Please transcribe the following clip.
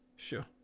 sure